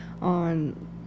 on